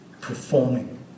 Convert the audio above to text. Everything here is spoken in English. performing